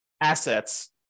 assets